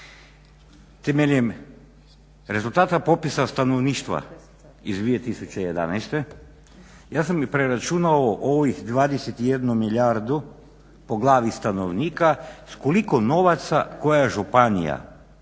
Temeljem rezultata popisa stanovništva iz 2011. ja sam preračunao ovih 21 milijardu po glavi stanovnika s koliko novaca koja županija